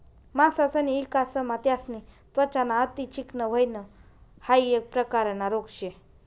मासासनी विकासमा त्यासनी त्वचा ना अति चिकनं व्हयन हाइ एक प्रकारना रोग शे